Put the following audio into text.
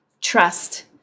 trust